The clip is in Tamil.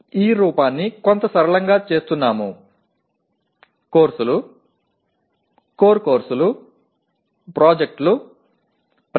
இங்கே நாம் இதை காண்பதற்கு ஓரளவு எளிதாக்குகிறோம்